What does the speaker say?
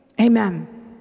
Amen